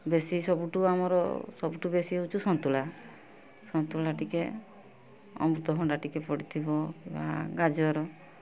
ବେଶୀ ସବୁଠୁ ଆମର ସବୁଠୁ ବେଶୀ ହଉଛି ସନ୍ତୁଳା ସନ୍ତୁଳା ଟିକେ ଅମୃତଭଣ୍ଡା ଟିକେ ପଡ଼ିଥିବ ଗା ଗାଜର